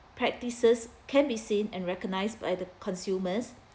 practices can be seen and recognised by the consumers